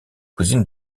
cousine